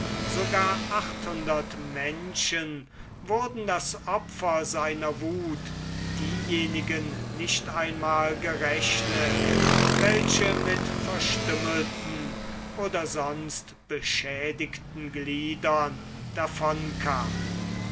sogar achthundert menschen wurden das opfer seiner wuth diejenigen nicht einmal gerechnet welche mit verstümmelten oder sonst beschädigten gliedern davon kamen